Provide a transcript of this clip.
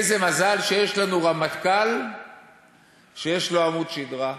איזה מזל שיש לנו רמטכ"ל שיש לו עמוד שדרה,